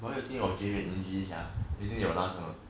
what you think of james and sia you think they will last or not